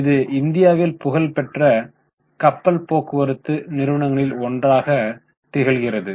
இது இந்தியாவில் புகழ் பெற்ற கப்பல் போக்குவரத்து நிறுவனங்களில் ஒன்றாக திகழ்கிறது